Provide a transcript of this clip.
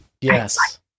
yes